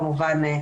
כמובן,